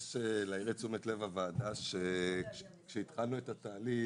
להעיר לתשומת לב הוועדה שכאשר התחלנו את התהליך,